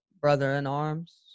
brother-in-arms